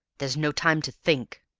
there's no time to think.